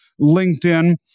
LinkedIn